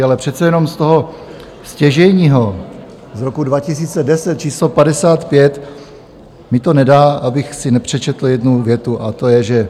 Ale přece jenom z toho stěžejního z roku 2010, číslo 55, mi to nedá, abych si nepřečetl jednu větu, a to je, že